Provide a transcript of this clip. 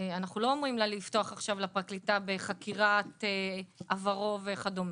אנחנו לא אומרים לפרקליטה לפתוח עכשיו בחקירת עברו וכדומה.